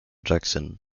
jackson